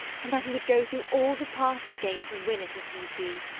and that he would go through all the past again to win it, if need be.